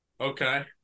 Okay